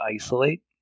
isolate